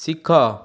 ଶିଖ